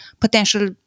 potential